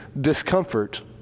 discomfort